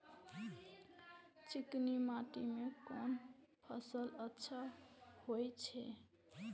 चिकनी माटी में कोन फसल अच्छा होय छे?